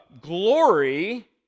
glory